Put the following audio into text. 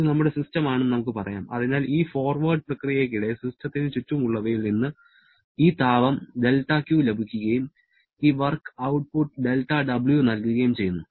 ഇത് നമ്മുടെ സിസ്റ്റമാണെന്ന് നമുക്ക് പറയാം അതിനാൽ ഈ ഫോർവേർഡ് പ്രക്രിയയ്ക്കിടെ സിസ്റ്റത്തിന് ചുറ്റുമുള്ളവയിൽ നിന്ന് ഈ താപം δQ ലഭിക്കുകയും ഈ വർക്ക് ഔട്ട്പുട്ട് δW നൽകുകയും ചെയ്യുന്നു